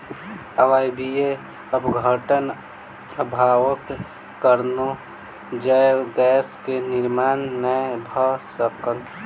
अवायवीय अपघटनक अभावक कारणेँ जैव गैस के निर्माण नै भअ सकल